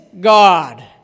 God